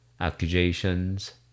accusations